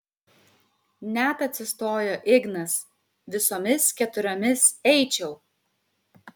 net atsistojo ignas visomis keturiomis eičiau